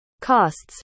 costs